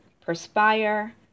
perspire